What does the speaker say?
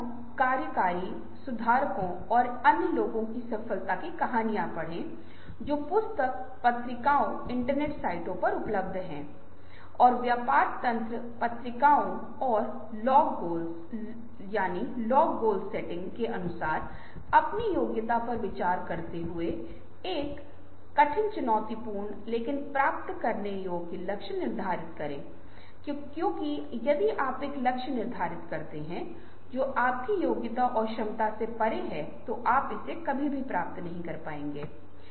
इसलिए सभी सारांश कॉलम में भी सभी सारांश आएंगे और उपलब्ध स्थान पर सदस्यों की प्रतिक्रियाओं को रिकॉर्ड करेंगे सभी स्थान को भरा नहीं जाएगा और सभी सवालों के जवाब हमेशा दिए जाएंगे समूह में दो या तीन सदस्य प्रत्येक प्रश्न के उत्तर को स्पष्ट और सारांशित कर सकते हैं